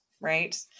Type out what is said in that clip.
right